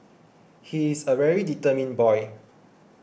he is a very determined boy